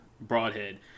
broadhead